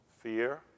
Fear